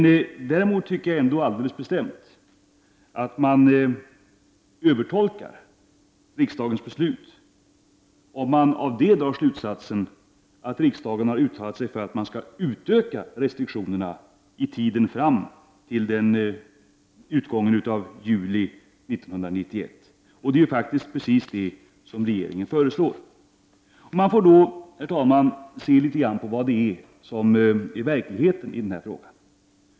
Men däremot anser jag alldeles bestämt att man övertolkar riksdagens beslut om man av detta beslut drar slutsatsen att riksdagen har uttalat sig för en utökning av restriktionerna under tiden fram till utgången av juli år 1991. Det är precis detta som regeringen föreslår. Herr talman! Man måste se litet grand på vad som är verklighet i den här frågan.